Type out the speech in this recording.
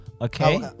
Okay